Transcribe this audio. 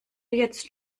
jetzt